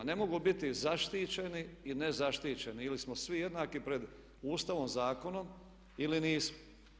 Ne mogu biti zaštićeni i nezaštićeni, ili smo svi jednaki pred Ustavom, zakonom ili nismo.